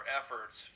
efforts